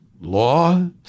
law